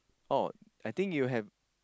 oh I think you have